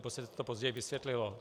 To se později vysvětlilo.